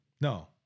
No